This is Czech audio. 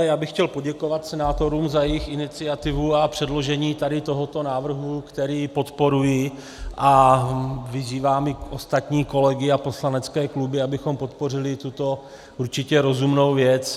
Já bych chtěl poděkovat senátorům za jejich iniciativu a předložení tohoto návrhu, který podporuji, a vyzývám i ostatní kolegy a poslanecké kluby, abychom podpořili tuto určitě rozumnou věc.